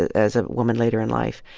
as a woman later in life.